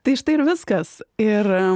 tai štai ir viskas ir